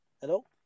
Hello